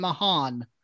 Mahan